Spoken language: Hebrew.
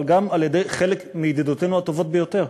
אבל זה גם על-ידי חלק מידידותינו הטובות ביותר,